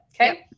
Okay